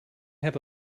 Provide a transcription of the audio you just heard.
have